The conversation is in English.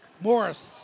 Morris